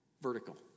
vertical